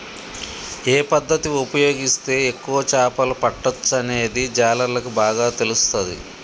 ఏ పద్దతి ఉపయోగిస్తే ఎక్కువ చేపలు పట్టొచ్చనేది జాలర్లకు బాగా తెలుస్తది